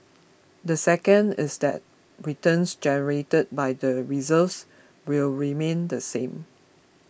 the second is that returns generated by the reserves will remain the same